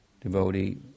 devotee